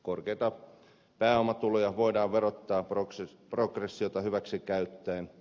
korkeita pääomatuloja voidaan verottaa progressiota hyväksi käyttäen